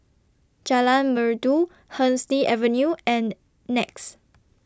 Jalan Merdu Hemsley Avenue and Nex